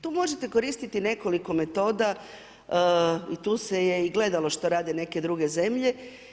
Tu možete koristiti nekoliko metoda i tu se je i gledalo što rade neke druge zemlje.